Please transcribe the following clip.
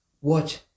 watch